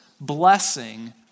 blessing